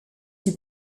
qui